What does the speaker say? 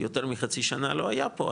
יותר מחצי שנה לא היה פה,